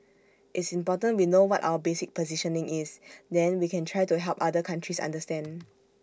it's important we know what our basic positioning is then we can try to help other countries understand